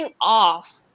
off